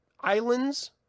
islands